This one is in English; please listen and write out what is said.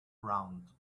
rounded